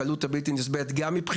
הקלות הזאת היא בלתי נסבלת גם מבחינתנו.